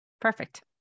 Perfect